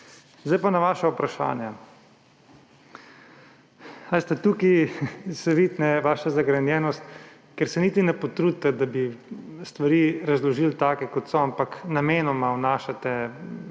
Zdaj pa na vaša vprašanja. Veste, tukaj se vidi vaša zagrenjenost, ker se niti ne potrudite, da bi stvari razložili takšne, kot so, ampak namenoma vnašate